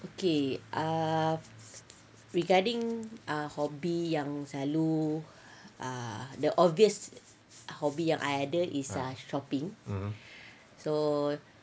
okay ah regarding ah hobby yang selalu ah the obvious hobby yang I ada is ah shopping so